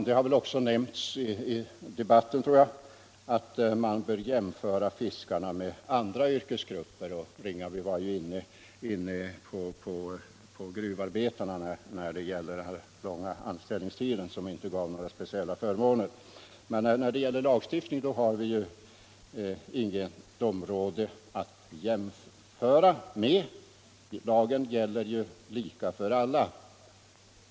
Det har också i debatten nämnts att man bör jämföra fiskarna med andra yrkesgrupper — herr Ringaby var inne på gruvarbetet, där långa anställ: I ningstider inte ger speciella förmåner. Men när det gäller lagstiftning har — Vissa delpensionsvi inget område att jämföra med. Lagen gäller lika för alla.